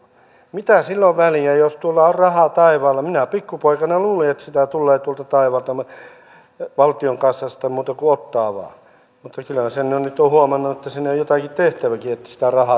mitä sillä on väliä jos tuolla on rahaa taivaalla minä pikkupoikana luulin että sitä tulee tuolta taivaalta valtion kassasta muuta kuin ottaa vaan mutta kyllähän sen jo nyt olen huomannut että siinä on jotakin tehtäväkin että sitä rahaa tulee